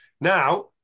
Now